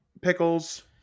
pickles